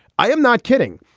i am not kidding.